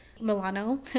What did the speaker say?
Milano